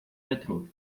metrô